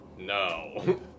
No